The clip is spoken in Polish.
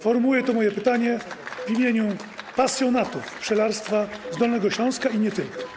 Formułuję to moje pytanie w imieniu pasjonatów pszczelarstwa z Dolnego Śląska i nie tylko.